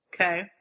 Okay